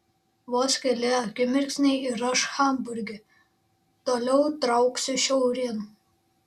vos keli akimirksniai ir aš hamburge toliau trauksiu šiaurėn